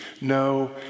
No